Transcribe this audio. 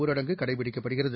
ஊரடங்குகடைபிடிக்கப்படுகிறது